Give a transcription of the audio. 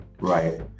right